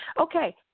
Okay